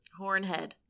hornhead